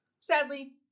Sadly